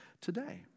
today